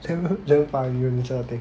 damn damn funny these kind of things